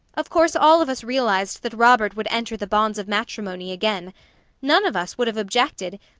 of course all of us realized that robert would enter the bonds of matrimony again none of us would have objected,